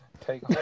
take